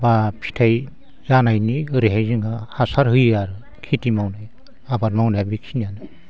बा फिथाइ जानायनि ओरैहाय जोङो हासार होयो आरो खेथि मावनो आबाद मावनाया बेखिनियानो